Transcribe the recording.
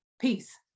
Peace